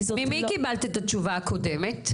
כי זאת לא --- ממי קיבלת את התשובה הקודמת?